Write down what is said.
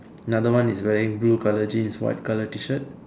another one is wearing blue colour jeans white colour T-shirt